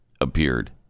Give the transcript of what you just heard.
appeared